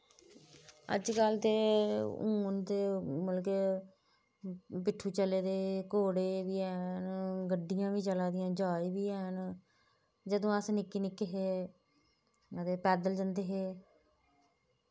अजकल ते हून मतलव के पिट्ठु चले दे घोड़े बी हैन गड्डियां बी चलै दियां ज्हाज बी हैन जदूं अस निक्के निक्के हे अते पैदल जंदे हे